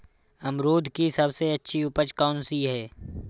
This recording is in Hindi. अमरूद की सबसे अच्छी उपज कौन सी है?